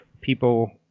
people